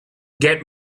get